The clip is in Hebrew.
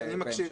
אני מקשיב.